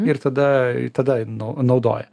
ir tada tada nau naudoja